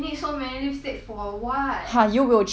ha you will change your mind you one day